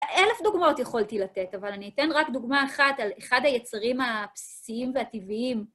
אלף דוגמאות יכולתי לתת, אבל אני אתן רק דוגמה אחת על אחד היצרים הבסיסיים והטבעיים.